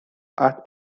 art